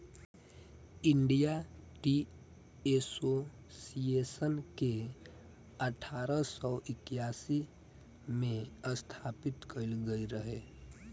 India tea association के अठारह सौ इक्यासी में स्थापित कईल गईल रहे